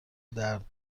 درد